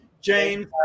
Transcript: James